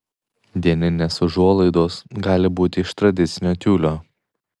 dieninės užuolaidos gali būti iš tradicinio tiulio